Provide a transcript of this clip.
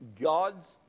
God's